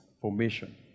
Formation